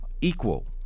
Equal